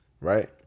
right